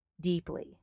deeply